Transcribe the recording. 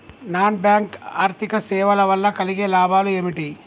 Non bank ఆర్థిక సేవల వల్ల కలిగే లాభాలు ఏమిటి?